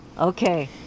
Okay